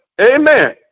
Amen